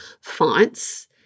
fonts